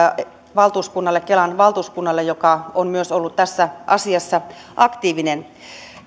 kelan valtuuskunnalle joka on myös ollut tässä asiassa aktiivinen